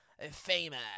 famous